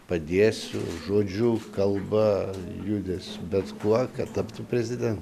padėsiu žodžiu kalba judesiu bet kuo kad taptų prezidentu